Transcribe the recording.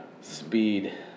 Speed